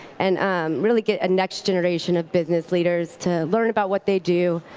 and really get a next generation of business leaders to learn about what they do.